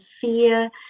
fear